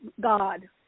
God